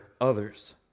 others